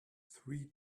three